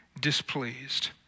displeased